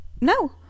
No